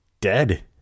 dead